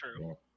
true